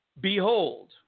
Behold